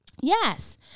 yes